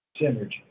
Synergy